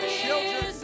children